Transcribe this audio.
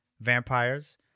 vampires